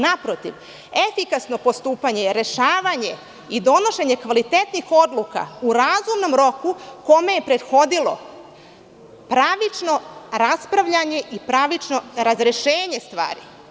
Naprotiv, efikasno postupanje je rešavanje i donošenje kvalitetnih odluka u razumnom roku kome je prethodilo pravično raspravljanje i pravično razrešenje stvari.